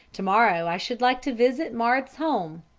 to-morrow i should like to visit marthe's home.